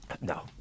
No